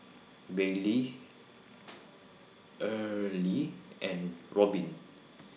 Bailee Earlie and Robyn